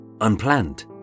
unplanned